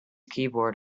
keyboard